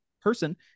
person